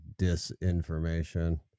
disinformation